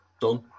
done